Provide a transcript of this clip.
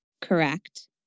correct